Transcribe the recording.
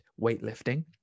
weightlifting